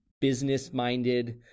business-minded